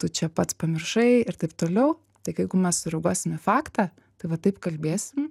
tu čia pats pamiršai ir taip toliau tik jeigu mes sureaguosim į faktą tai va taip kalbėsim